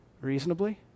Reasonably